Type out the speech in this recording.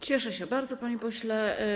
Cieszę się bardzo, panie pośle.